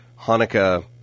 Hanukkah